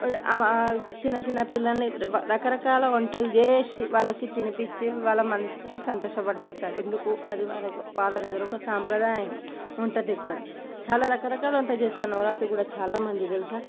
చిన్న చిన్న పిల్లల్ని రకరకాల వంటలు చేసి వాళ్ళకి తినిపిచ్చి వాళ్ళ మనస్సుకి సంతోషపడిపిస్తారు ఎందుకు అది వారి దగ్గర ఒక సాంప్రదాయం వంట దగ్గర చాలా రకరకాల వంట చేస్తారు నవరాత్రికి కూడా చాలా మంది తెలుసా